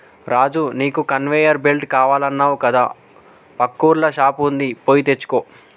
రాజు నీకు conveyor belt కావాలన్నావు కదా పక్కూర్ల షాప్ వుంది పోయి తెచ్చుకో